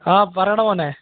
ആ പറയൂ എടാ മോനെ